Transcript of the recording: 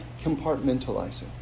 compartmentalizing